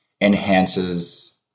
enhances